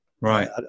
Right